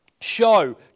show